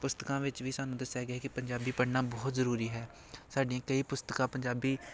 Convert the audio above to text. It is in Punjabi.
ਪੁਸਤਕਾਂ ਵਿੱਚ ਵੀ ਸਾਨੂੰ ਦੱਸਿਆ ਗਿਆ ਕਿ ਪੰਜਾਬੀ ਪੜ੍ਹਨਾ ਬਹੁਤ ਜ਼ਰੂਰੀ ਹੈ ਸਾਡੀਆਂ ਕਈ ਪੁਸਤਕਾਂ ਪੰਜਾਬੀ